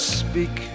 speak